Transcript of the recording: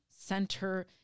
center